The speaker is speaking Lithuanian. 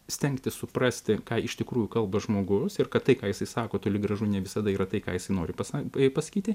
stengtis suprasti ką iš tikrųjų kalba žmogus ir kad tai ką jisai sako toli gražu ne visada yra tai ką jisai nori pasa pasakyti